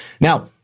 Now